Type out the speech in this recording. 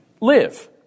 live